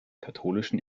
katholischen